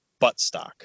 buttstock